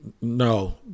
no